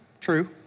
true